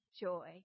joy